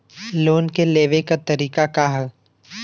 Loan के लेवे क तरीका का ह?